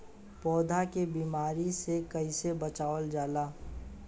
पौधा के बीमारी से कइसे बचावल जा?